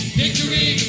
victory